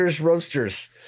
Roasters